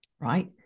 Right